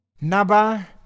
Naba